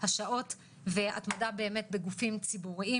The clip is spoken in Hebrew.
השעות והתמדה באמת בגופים ציבוריים.